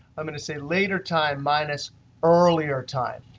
i'm going to say later time minus earlier time.